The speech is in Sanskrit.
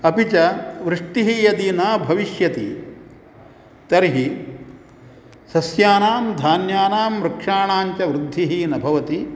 अपि च वृष्टिः यदि न भविष्यति तर्हि सस्यानां धान्यानां वृक्षाणां च वृद्धिः न भवति